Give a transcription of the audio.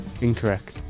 Incorrect